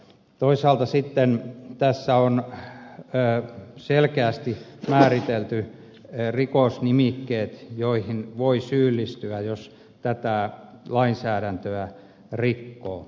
toisaalta sitten tässä on selkeästi määritelty rikosnimikkeet joihin voi syyllistyä jos tätä lainsäädäntöä rikkoo